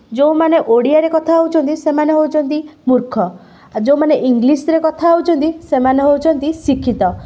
ଯେଉଁମାନେ ଓଡ଼ିଆରେ କଥା ହେଉଛନ୍ତି ସେମାନେ ହେଉଛନ୍ତି ମୂର୍ଖ ଆଉ ଯେଉଁମାନେ ଇଂଲିଶରେ କଥା ହେଉଛନ୍ତି ସେମାନେ ହେଉଛନ୍ତି ଶିକ୍ଷିତ